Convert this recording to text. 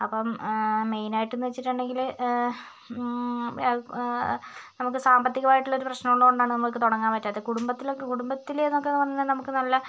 അപ്പം മെയിനായിട്ടെന്നു വെച്ചിട്ടുണ്ടെങ്കില് നമുക്ക് സാമ്പത്തികമായിള്ളൊരു പ്രശ്നമുള്ളതുകൊണ്ടാണ് നമുക്ക് തുടങ്ങാൻ പറ്റാത്തത് കുടുംബത്തിലൊ കുടുംബത്തിലെന്നൊക്കെ പറഞ്ഞിട്ടുണ്ടെങ്കിൽ നമുക്ക് നല്ല